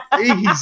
easy